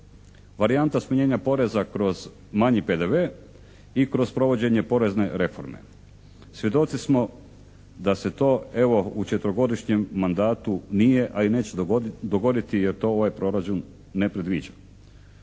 Varijanta smanjenja poreza kroz manji PDV i kroz provođenje porezne reforme. Svjedoci smo da se to evo u četverogodišnjem mandatu nije, a i neće dogoditi jer to ovaj proračun ne predviđa.